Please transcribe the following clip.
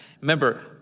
Remember